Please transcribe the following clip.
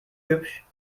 hübsch